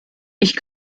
ich